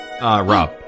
Rob